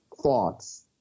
thoughts